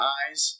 eyes